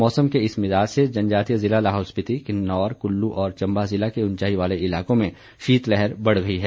मौसम के इस मिजाज से जनजातीय ज़िला लाहौल स्पिति किन्नौर क़ुल्लू और चंबा ज़िला के ऊंचाई वाले इलाकों में शीतलहर बढ़ गई है